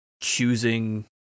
choosing